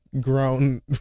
grown